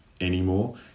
anymore